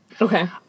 Okay